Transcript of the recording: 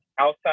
Outside